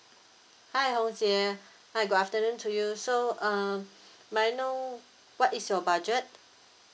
hi hong jie hi good afternoon to you so uh may I know what is your budget